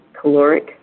caloric